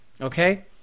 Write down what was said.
Okay